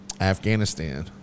Afghanistan